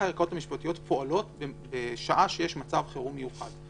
הערכאות המשפטיות פועלות בשעה שיש מצב חירום מיוחד,